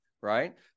right